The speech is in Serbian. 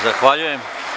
Zahvaljujem.